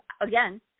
again